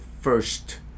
first